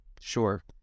sure